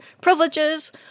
privileges